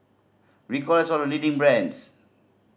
Ricola is one of the leading brands